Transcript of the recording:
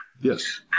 yes